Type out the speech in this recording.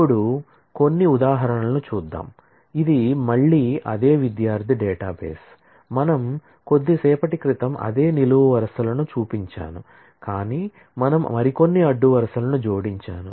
ఇప్పుడు కొన్ని ఉదాహరణలను చూద్దాం ఇది మళ్ళీ అదే విద్యార్థి డేటాబేస్ మనం కొద్దిసేపటి క్రితం అదే నిలువు వరుసలను చూపించాను కాని మనం మరికొన్ని అడ్డు వరుసలను జోడించాను